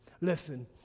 listen